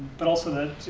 but also that